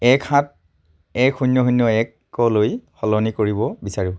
এক সাত এক শূন্য শূন্য একলৈ সলনি কৰিব বিচাৰোঁ